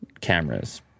cameras